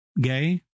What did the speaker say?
Gay